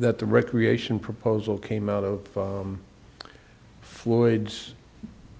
that the recreation proposal came out of floyd's